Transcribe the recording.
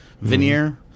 Veneer